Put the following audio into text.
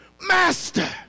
Master